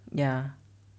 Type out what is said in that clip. ya